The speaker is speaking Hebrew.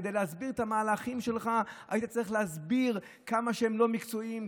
כדי להסביר את המהלכים שלך היית צריך להסביר כמה שהם לא מקצועיים,